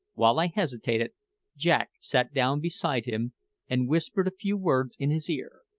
while i hesitated jack sat down beside him and whispered a few words in his ear,